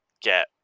get